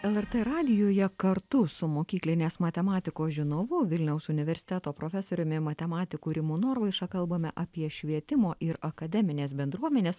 lrt radijuje kartu su mokyklinės matematikos žinovu vilniaus universiteto profesoriumi matematiku rimu norvaiša kalbame apie švietimo ir akademinės bendruomenės